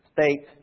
states